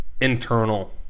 internal